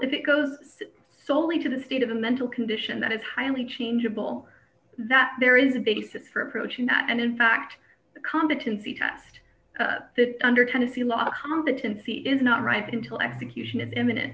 if it goes solely to the state of a mental condition that is highly changeable that there is a basis for approaching that and in fact the competency test under tennessee law of competency is not right until execution is imminent